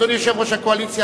אדוני יושב-ראש הקואליציה,